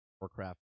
Warcraft